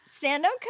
stand-up